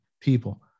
people